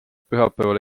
pühapäeval